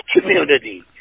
community